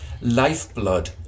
lifeblood